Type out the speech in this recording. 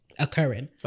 occurring